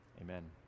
Amen